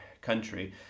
country